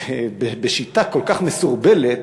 ובשיטה כל כך מסורבלת